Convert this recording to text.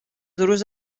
duros